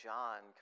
John